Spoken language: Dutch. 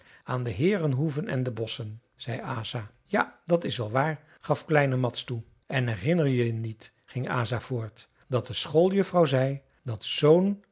aan de heerenhoeven en de bosschen zei asa ja dat is wel waar gaf kleine mads toe en herinner je je niet ging asa voort dat de schooljuffrouw zei dat zoo'n